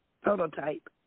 prototype